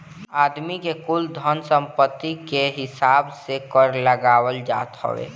आदमी के कुल धन सम्पत्ति कअ हिसाब से कर लगावल जात हवे